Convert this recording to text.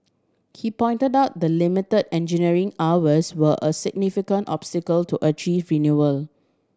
he pointed out the limit engineering hours were a significant obstacle to achieving renewal